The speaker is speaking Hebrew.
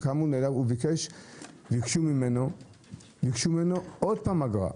ביקשו ממנו עוד פעם לשלם אגרה.